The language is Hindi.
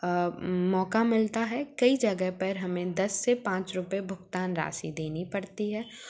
मौका मिलता है कई जगह पर हमें दस से पाँच रुपए भुगतान राशि देनी पड़ती है